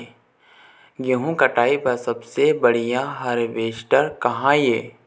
गेहूं कटाई बर सबले बढ़िया हारवेस्टर का ये?